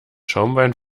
schaumwein